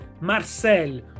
Marcel